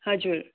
हजुर